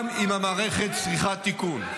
גם אם המערכת צריכה תיקון,